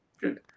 Good